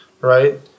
Right